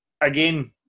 Again